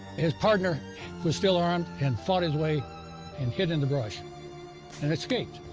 his partner was still armed and fought his way and hid in the brush and escaped.